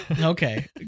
Okay